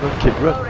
kid rock